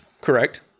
Correct